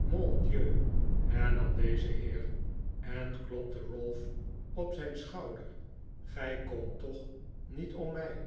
mon dieu hernam deze heer en klopte ralph op zijn schouder gij komt toch niet om mij